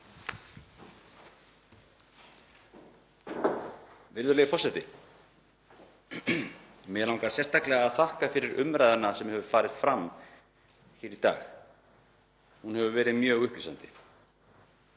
Virðulegi forseti. Mig langar sérstaklega að þakka fyrir umræðuna sem hefur farið fram hér í dag, hún hefur verið mjög upplýsandi.